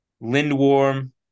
Lindworm